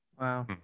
Wow